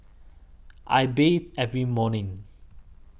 I bathe every morning